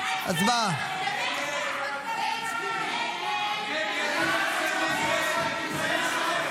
2024. הצבעה.